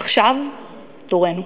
עכשיו תורנו.